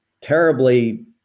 terribly